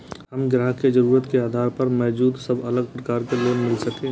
हम ग्राहक के जरुरत के आधार पर मौजूद सब अलग प्रकार के लोन मिल सकये?